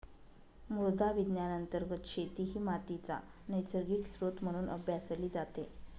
मृदा विज्ञान अंतर्गत शेती ही मातीचा नैसर्गिक स्त्रोत म्हणून अभ्यासली जाते